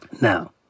Now